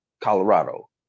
Colorado